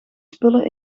spullen